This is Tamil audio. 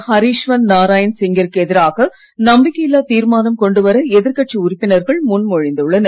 ஹரிவன்ஷ் நாராயண் சிங் கிற்கு எதிராக நம்பிக்கையில்லா தீர்மானம் கொண்டு வர எதிர்கட்சி உறுப்பினர்கள் முன் மொழிந்துள்ளனர்